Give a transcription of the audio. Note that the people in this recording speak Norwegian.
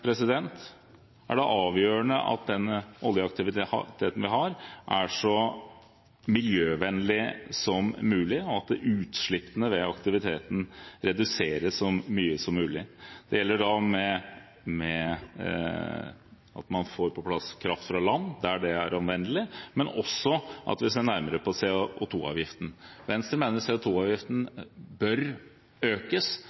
miljøvennlig som mulig, og at utslippene ved aktiviteten reduseres så mye som mulig. Det gjelder å få på plass kraft fra land, der det er anvendelig, men også at vi ser nærmere på CO2-avgiften. Venstre mener